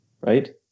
Right